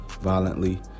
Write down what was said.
Violently